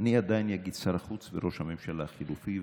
אני עדיין אגיד "שר החוץ וראש הממשלה החלופי",